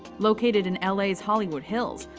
located in la's hollywood hills,